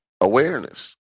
awareness